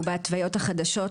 והוא בהתוויות החדשות,